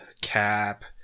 cap